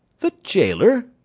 the gaoler!